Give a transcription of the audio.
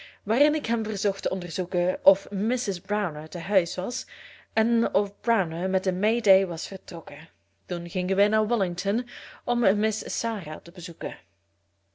waarin ik hem verzocht te onderzoeken of mrs browner te huis was en of browner met de may day was vertrokken toen gingen wij naar wallington om miss sarah te bezoeken